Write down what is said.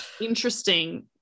interesting